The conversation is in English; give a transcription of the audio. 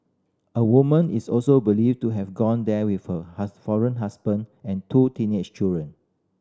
a woman is also believed to have gone there with her foreign husband and two teenage children